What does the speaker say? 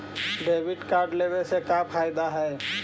Debit card लेवे से का का फायदा है?